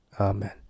Amen